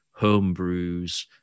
Homebrews